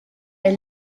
est